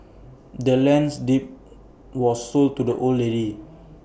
the land's deed was sold to the old lady